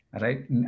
Right